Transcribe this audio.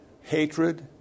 Hatred